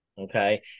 okay